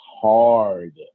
hard